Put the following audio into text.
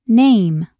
name